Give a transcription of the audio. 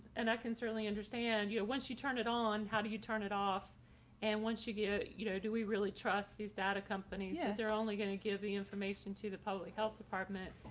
and i can certainly understand you know, once you turn it on, how do you turn it off and once you get you know, do we really trust these data companies, yeah they're only going to give the information to the public health department,